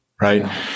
right